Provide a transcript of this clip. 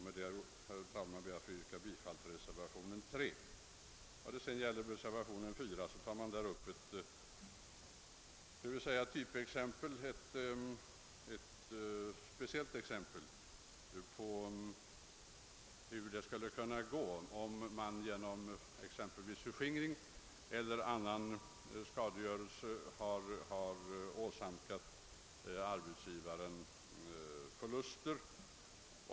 Jag yrkar bifall till reservationen 3. I reservationen 4 anföres ett exempel på hur det skulle kunna gå om någon genom förskingring eller skadegörelse åsamkar arbetsgivaren förluster.